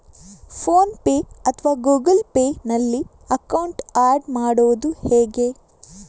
Phone pay ಅಥವಾ Google Pay ನಲ್ಲಿ account add ಮಾಡುವುದು ಹೇಗೆ?